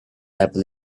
apple